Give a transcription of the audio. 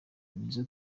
nizo